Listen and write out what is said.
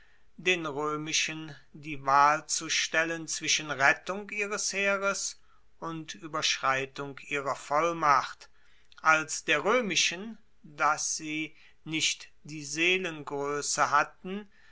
den roemischen die wahl zu stellen zwischen rettung ihres heeres und ueberschreitung ihrer vollmacht als der roemischen dass sie nicht die seelengroesse hatten